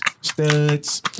studs